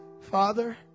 Father